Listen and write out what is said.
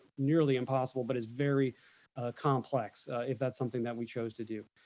nearly impossible, but it's very complex, if that's something that we chose to do.